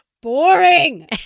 boring